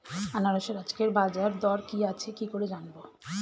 আনারসের আজকের বাজার দর কি আছে কি করে জানবো?